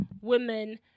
women